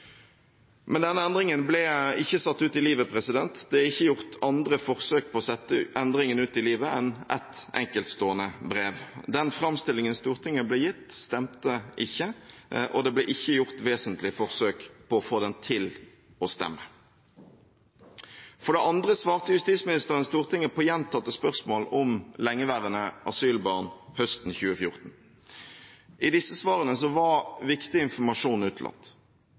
Men denne endringen ble ikke satt ut i livet, det er ikke gjort andre forsøk på å sette endringen ut i livet enn ett enkeltstående brev. Den framstillingen Stortinget ble gitt, stemte ikke, og det ble ikke gjort vesentlige forsøk på å få den til å stemme. For det andre svarte justisministeren Stortinget på gjentatte spørsmålet om lengeværende asylbarn høsten 2014. I disse svarene var viktig informasjon